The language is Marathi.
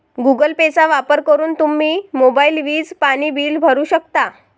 गुगल पेचा वापर करून तुम्ही मोबाईल, वीज, पाणी बिल भरू शकता